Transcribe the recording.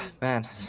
man